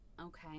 okay